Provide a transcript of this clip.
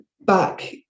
back